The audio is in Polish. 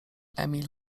emil